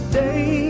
day